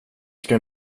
ska